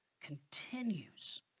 continues